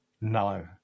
No